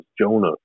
Jonah